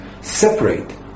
separate